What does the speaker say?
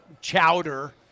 chowder